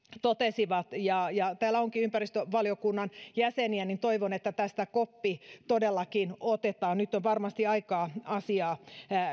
totesivat täällä onkin ympäristövaliokunnan jäseniä niin että toivon että tästä koppi todellakin otetaan nyt on varmasti aikaa asiaa